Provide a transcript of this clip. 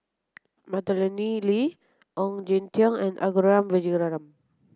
Madeleine Lee Ong Jin Teong and Arumugam Vijiaratnam